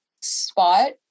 spot